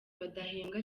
badahembwa